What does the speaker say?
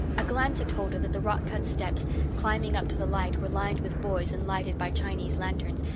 a glance had told her that the rock-cut steps climbing up to the light were lined with boys, and lighted by chinese lanterns,